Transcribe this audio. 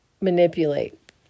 manipulate